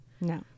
No